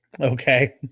Okay